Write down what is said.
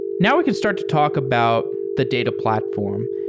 now we can start to talk about the data platform.